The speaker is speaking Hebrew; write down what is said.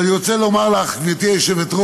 אבל אני רוצה לומר לך, גברתי היושבת-ראש,